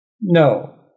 No